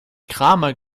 kramer